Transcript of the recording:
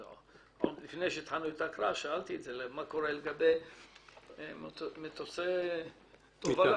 לפני שהתחלנו את ההקראה שאלתי מה קורה לגבי מטוסי תובלה.